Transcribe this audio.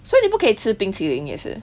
所以你不可以吃冰淇淋也是